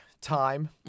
time